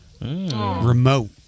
Remote